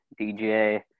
DJ